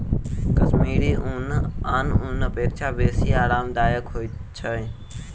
कश्मीरी ऊन आन ऊनक अपेक्षा बेसी आरामदायक होइत छै